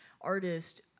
artist